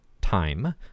time